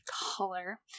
color